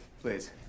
Please